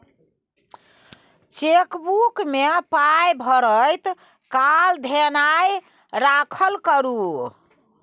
chequebook मे पाय भरैत काल धेयान राखल करू